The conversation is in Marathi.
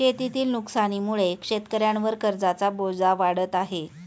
शेतीतील नुकसानीमुळे शेतकऱ्यांवर कर्जाचा बोजा वाढत आहे